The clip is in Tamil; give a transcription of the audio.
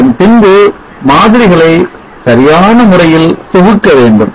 அதன்பின்பு மாதிரிகளை சரியான முறையில் தொகுக்க வேண்டும்